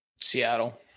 Seattle